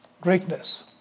greatness